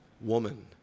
woman